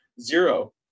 Zero